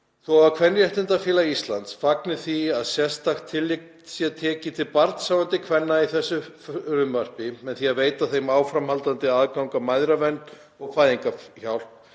Þó að Kvenréttindafélag Íslands fagni því að sérstakt tillit sé tekið til barnshafandi kvenna í þessu frumvarpi með því að veita þeim áframhaldandi aðgang að mæðravernd og fæðingarhjálp,